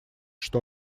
что